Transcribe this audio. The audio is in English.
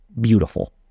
beautiful